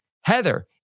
Heather